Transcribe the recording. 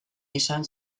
izan